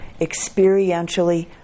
experientially